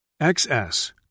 xs